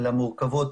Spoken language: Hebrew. למורכבות,